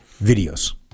videos